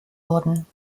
wurden